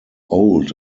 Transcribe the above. old